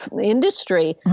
Industry